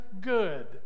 good